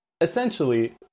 essentially